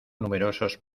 numerosos